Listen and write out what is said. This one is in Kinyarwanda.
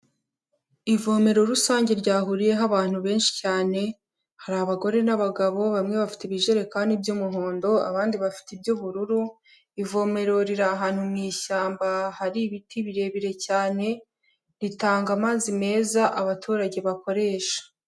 Ivomero rusange ryahuriyeho abantu benshi cyane, hari abagore n'abagabo, bamwe bafite ibijerekani by'umuhondo abandi bafite iby'ubururu, ivomero riri ahantu mu ishyamba hari ibiti birebire cyane, ritanga amazi meza abaturage bakoresha.